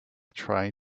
try